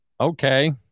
Okay